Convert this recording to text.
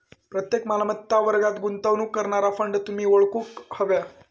प्रत्येक मालमत्ता वर्गात गुंतवणूक करणारा फंड तुम्ही ओळखूक व्हया